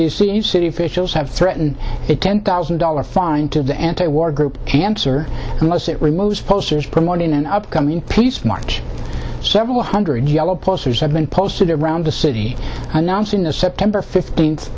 of city officials have threatened it ten thousand dollars fine to the anti war group cancer unless it removes posters promoting an upcoming peace march several hundred yellow posters have been posted around the city announcing the september fifteenth